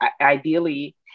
ideally